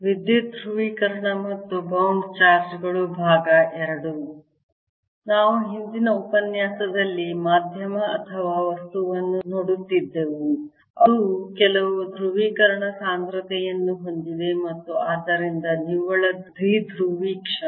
ವಿದ್ಯುತ್ ಧ್ರುವೀಕರಣ ಮತ್ತು ಬೌಂಡ್ ಚಾರ್ಜ್ ಗಳು II ನಾವು ಹಿಂದಿನ ಉಪನ್ಯಾಸದಲ್ಲಿ ಮಾಧ್ಯಮ ಅಥವಾ ವಸ್ತುವನ್ನು ನೋಡುತ್ತಿದ್ದೆವು ಅದು ಕೆಲವು ಧ್ರುವೀಕರಣ ಸಾಂದ್ರತೆಯನ್ನು ಹೊಂದಿದೆ ಮತ್ತು ಆದ್ದರಿಂದ ನಿವ್ವಳ ದ್ವಿಧ್ರುವಿ ಕ್ಷಣ